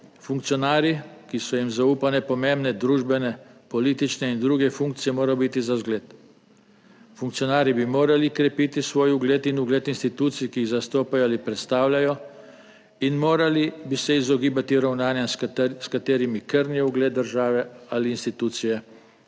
Funkcionarji, ki so jim zaupane pomembne družbene, politične in druge funkcije, morajo biti za zgled. Funkcionarji bi morali krepiti svoj ugled in ugled institucij, ki jih zastopajo ali predstavljajo, in morali bi se izogibati ravnanjem, s katerimi krnijo ugled države ali institucije,